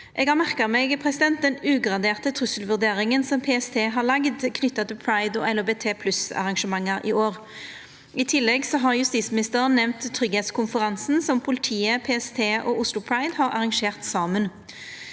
Eg har merka meg den ugraderte trusselvurderinga som PST har laga knytt til pride- og LHBT+-arrangement i år. I tillegg har justisministeren nemnd tryggleikskonferansen, som politiet, PST og Oslo Pride har arrangert saman.